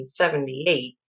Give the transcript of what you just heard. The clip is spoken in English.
1978